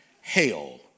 Hail